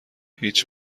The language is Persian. هیچ